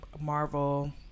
Marvel